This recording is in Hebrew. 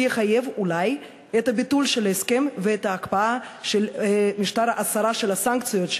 שיחייב אולי את ביטול ההסכם ואת הקפאת משטר ההסרה של הסנקציות,